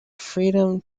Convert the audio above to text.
freedom